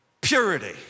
purity